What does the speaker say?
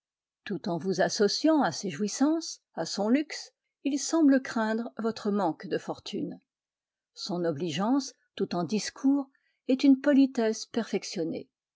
tout en vous associant à ses jouissances à son luxe il semble craindre votre manque de fortune son obligeance tout en discours est une politesse perfectionnée